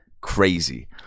crazy